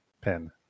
pin